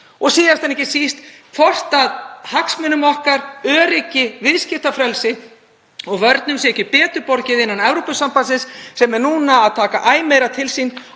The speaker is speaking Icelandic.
og síðast en ekki síst hvort hagsmunum okkar, öryggi, viðskiptafrelsi og vörnum sé ekki betur borgið innan Evrópusambandsins sem er núna að taka æ meira til sín